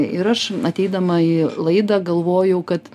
ir aš ateidama į laidą galvojau kad